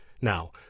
Now